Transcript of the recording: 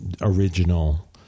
original